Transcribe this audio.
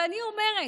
אני אומרת: